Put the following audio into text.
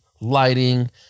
lighting